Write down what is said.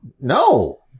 No